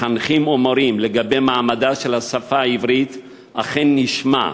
מחנכים ומורים לגבי מעמדה של השפה העברית אכן נשמע.